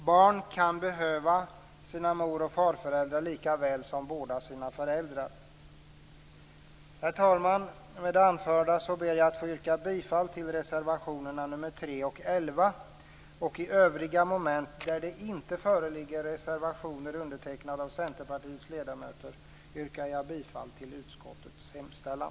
Barn kan behöva sina mor och farföräldrar lika väl som båda sina föräldrar. Herr talman! Med det anförda ber jag att få yrka bifall till reservationerna nr 3 och 11. I övriga moment, där det inte föreligger reservationer undertecknade av Centerpartiets ledamöter, yrkar jag bifall till utskottets hemställan.